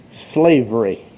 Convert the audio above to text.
slavery